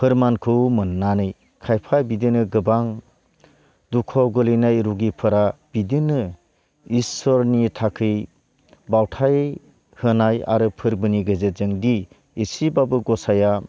फोरमानखौ मोननानै खायफा बिदिनो गोबां दुखुआव गोलैनाय रुगिफोरा इदिनो इसरनि थाखै बावथाय होनाय आरो फोरबोनि गेजेरजों दि एसेब्लाबो गसाइआ